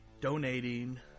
donating